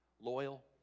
Loyal